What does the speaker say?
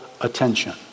attention